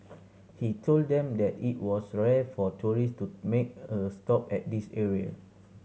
he told them that it was rare for tourist to make a stop at this area